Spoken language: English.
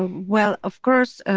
well, of course,